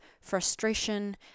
frustration